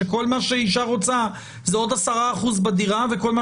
שכל מה שאישה רוצה זה עוד 10% בדירה וכל מה